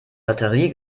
lotterie